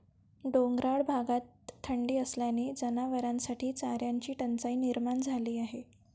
डोंगराळ भागात थंडी असल्याने जनावरांसाठी चाऱ्याची टंचाई निर्माण झाली आहे